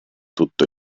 tutto